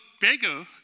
bigger